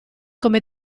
come